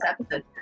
episode